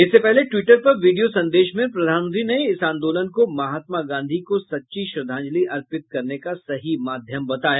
इससे पहले ट्विटर पर वीडियो संदेश में प्रधानमंत्री ने इस आंदोलन को महात्मा गांधी को सच्ची श्रद्धांजलि अर्पित करने का सही माध्यम बताया